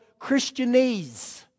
Christianese